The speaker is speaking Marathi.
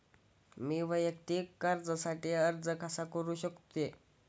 मी वैयक्तिक कर्जासाठी अर्ज कसा करु शकते?